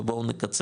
אז בואו נקצר,